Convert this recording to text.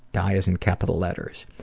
die is in capital letters.